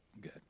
Good